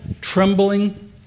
trembling